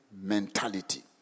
mentality